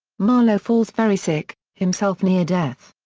marlow falls very sick, himself near death.